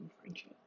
friendship